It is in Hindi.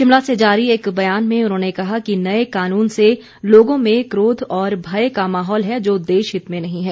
शिमला से जारी एक बयान में उन्होंने कहा कि नए कानून से लोगों में क्रोध और भय का माहौल है जो देशहित में नहीं है